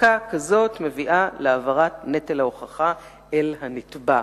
חזקה כזאת מביאה להעברת נטל ההוכחה אל הנתבע".